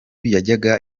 yajyaga